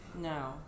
No